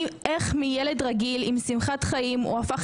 איך מילד רגיל עם שמחת חיים הוא הפך